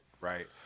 right